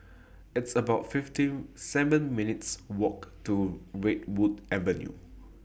It's about fifty seven minutes' Walk to Redwood Avenue